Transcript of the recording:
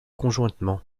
conjointement